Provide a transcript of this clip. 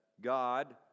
God